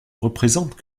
représentent